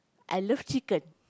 I love chicken